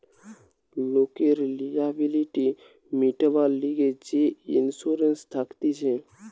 লোকের লিয়াবিলিটি মিটিবার লিগে যে ইন্সুরেন্স থাকতিছে